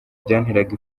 byanteraga